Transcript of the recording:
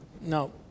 no